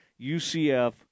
UCF